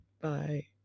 Bye